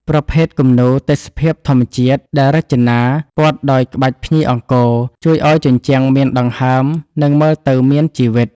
ប្រភេទគំនូរ ទេសភាពធម្មជាតិ ដែលរចនាព័ទ្ធដោយក្បាច់ភ្ញីអង្គរ ជួយឱ្យជញ្ជាំងមានដង្ហើម និងមើលទៅមានជីវិត។